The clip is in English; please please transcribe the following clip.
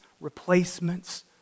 replacements